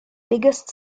biggest